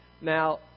Now